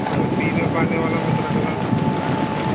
है न पीने खाने वाला मत रखना अच्छा